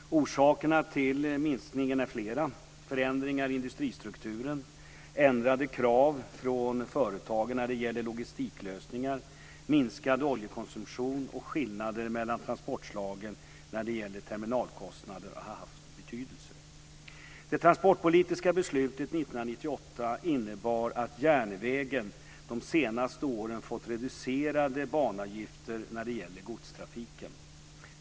Orsakerna till minskningen är flera. Förändringar i industristrukturen, ändrade krav från företagen när det gäller logistiklösningar, minskad oljekonsumtion och skillnader mellan transportslagen när det gäller terminalkostnader har haft betydelse. Det transportpolitiska beslutet 1998 innebar att järnvägen de senaste åren fått reducerade banavgifter när det gäller godstrafiken.